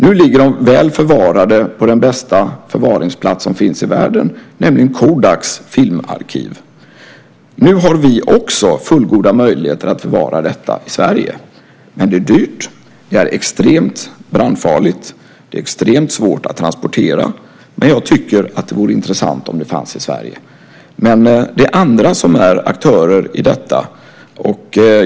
Nu ligger filmerna väl förvarade på den bästa förvaringsplats som finns i världen, nämligen Kodaks filmarkiv. Nu har vi också fullgoda möjligheter att förvara dem i Sverige, men det är dyrt. De är extremt brandfarliga och extremt svåra att transportera. Jag tycker att det vore intressant om de fanns i Sverige, men det är andra som är aktörer i detta.